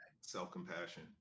self-compassion